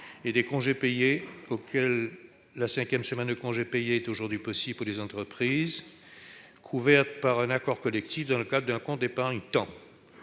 et des congés payés au-delà de la cinquième semaine de congés payés est aujourd'hui possible pour les entreprises couvertes par un accord collectif dans le cadre d'un compte épargne-temps